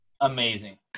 Amazing